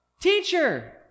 Teacher